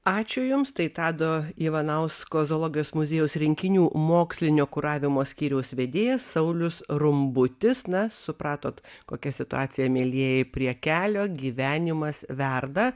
ačiū jums tai tado ivanausko zoologijos muziejaus rinkinių mokslinio kuravimo skyriaus vedėjas saulius rumbutis na supratot kokia situacija mielieji prie kelio gyvenimas verda